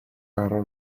قرار